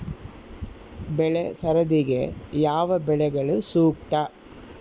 ಬೆಳೆ ಸರದಿಗೆ ಯಾವ ಬೆಳೆಗಳು ಸೂಕ್ತ?